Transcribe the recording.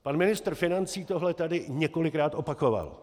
Pan ministr financí tohle tady několikrát opakoval.